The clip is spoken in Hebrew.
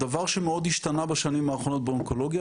הדבר שמאוד השתנה בשנים האחרונות באונקולוגיה,